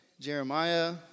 Jeremiah